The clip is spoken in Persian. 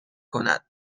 کند